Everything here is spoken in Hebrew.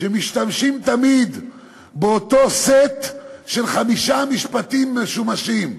"שמשתמשים תמיד באותו סט של חמישה משפטים משומשים".